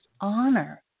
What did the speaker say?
honor